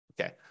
Okay